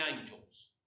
angels